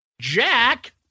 Jack